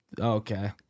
okay